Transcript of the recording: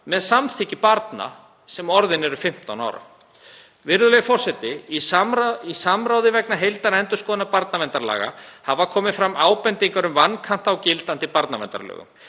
með samþykki barna sem orðin eru 15 ára. Virðulegur forseti. Í samráði vegna heildarendurskoðunar barnaverndarlaga hafa komið fram ábendingar um vankanta á gildandi barnaverndarlögum.